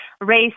race